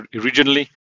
originally